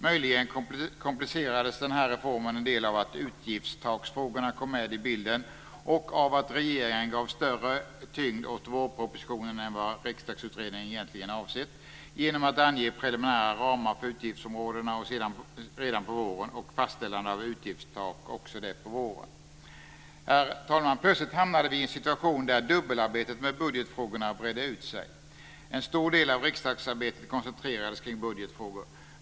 Möjligen komplicerades den här reformen en del av att utgiftstaksfrågorna kom med i bilden och av att regeringen gav större tyngd åt vårpropositionen än vad Riksdagsutredningen egentligen avsett genom att ange preliminära ramar för utgiftsområdena redan på våren och fastställa utgiftstak, också det på våren. Herr talman! Plötsligt hamnade vi i en situation där dubbelarbetet med budgetfrågorna bredde ut sig. En stor del av riksdagsarbetet koncentrerades kring budgetfrågor.